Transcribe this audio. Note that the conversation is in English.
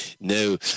no